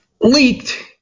leaked